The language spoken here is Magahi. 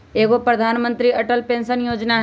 एगो प्रधानमंत्री अटल पेंसन योजना है?